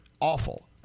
awful